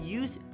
use